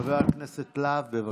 חבר הכנסת להב, בבקשה.